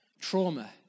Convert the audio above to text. Trauma